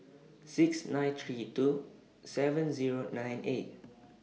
six nine three two seven Zero nine eight